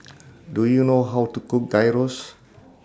Do YOU know How to Cook Gyros